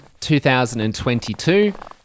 2022